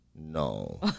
no